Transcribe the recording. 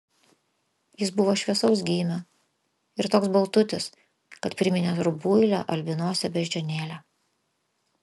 jis buvo šviesaus gymio ir toks baltutis kad priminė rubuilę albinosę beždžionėlę